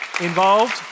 involved